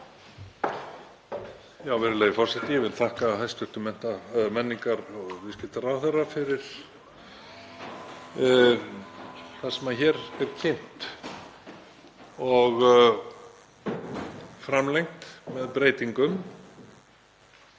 Virðulegi forseti. Ég vil þakka hæstv. menningar- og viðskiptaráðherra fyrir það sem hér er kynnt og framlengt með breytingum.